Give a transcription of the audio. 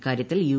ഇക്കാര്യത്തിൽ യു